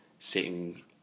Sitting